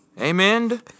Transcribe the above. Amen